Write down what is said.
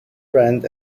friend